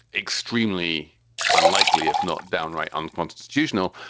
extremely unlikely, if not downright unconstitutional.